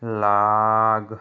ਲਾਗ